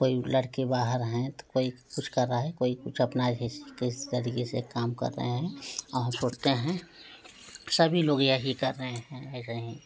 कोई लड़के बाहर हैं तो कोई कुछ कर रहा है कोई कुछ अपना काम कर रहे हैं और पढ़ते हैं सभी लोग यही कर रहे हैं ऐसे हीं